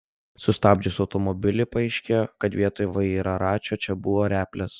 sustabdžius automobilį paaiškėjo kad vietoj vairaračio čia buvo replės